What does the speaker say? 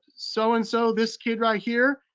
so and so this kid right here,